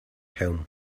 home